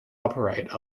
operate